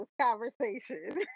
conversation